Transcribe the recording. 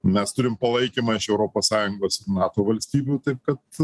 mes turim palaikymą iš europos sąjungos ir nato valstybių tai kad